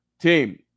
team